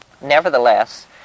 Nevertheless